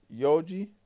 Yoji